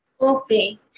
okay